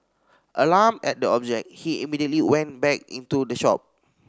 alarmed at the object he immediately went back into the shop